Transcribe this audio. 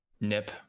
nip